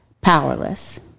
powerless